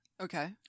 Okay